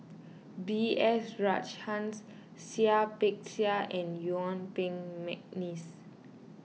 B S Rajhans Seah Peck Seah and Yuen Peng McNeice